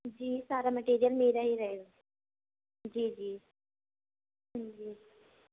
جی سارا مٹیریل میرا ہی رہے گا جی جی جی